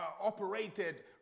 operated